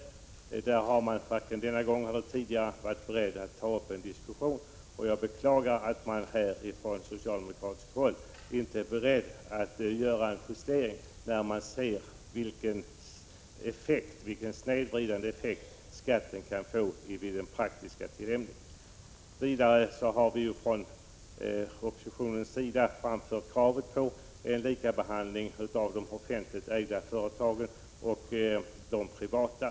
På den punkten har man emellertid varken denna gång eller tidigare varit beredd att ta upp en diskussion. Jag beklagar att man på socialdemokratiskt håll inte är beredd att göra en justering, när man ser vilka snedvridande effekter skatten kan få i den praktiska tillämpningen. Vidare har vi från oppositionens sida framfört krav på likabehandling av de offentligt ägda företagen och de privata.